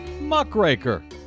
muckraker